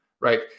right